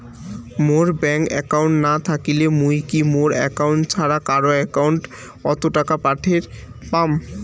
মোর bank account না থাকিলে মুই কি মোর একাউন্ট ছাড়া কারো একাউন্ট অত টাকা পাঠের পাম?